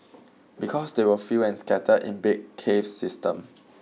because they are few and scattered in big cave system